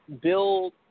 build